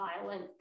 violent